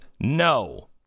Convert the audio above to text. No